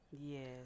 yes